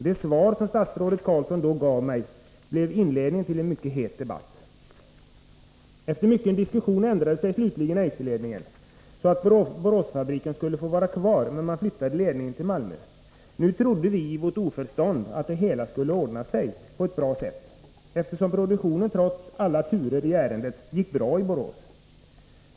Det svar som statsrådet Carlsson då gav mig blev inledningen till en mycket het debatt. Efter mycken diskussion ändrade sig slutligen Eiserledningen, så att Boråsfabriken skulle få vara kvar, men man flyttade ledningen till Malmö. Nu trodde vi i vårt oförstånd att det hela skulle ordna sig på ett bra sätt, eftersom produktionen trots alla turer i ärendet gick bra i Borås.